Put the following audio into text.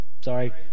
sorry